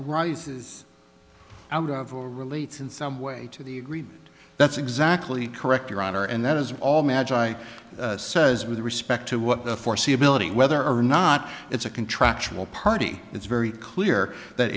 that rises out of a release in some way to the agreement that's exactly correct your honor and that is all magic i says with respect to what the foreseeability whether or not it's a contractual party it's very clear that